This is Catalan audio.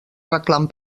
reclam